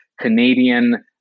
Canadian